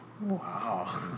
Wow